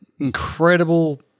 incredible